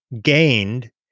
gained